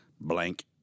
blank